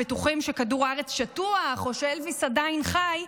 שבטוחים שכדור הארץ שטוח או שאלביס עדיין חי,